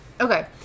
Okay